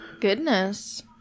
Goodness